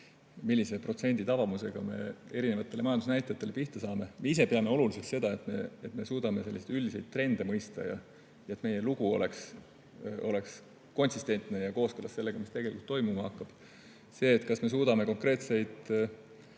millise protsenditabamusega me erinevatele majandusnäitajatele pihta saame. Me ise peame oluliseks seda, et suudaksime üldiseid trende mõista, et meie lugu oleks konsistentne ja kooskõlas sellega, mis tegelikult toimuma hakkab. See, kas me suudame üksikuid